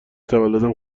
تولدم